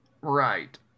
Right